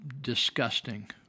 Disgusting